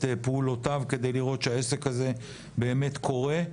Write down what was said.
פעולותיו כדי לראות שהעסק הזה באמת קורה.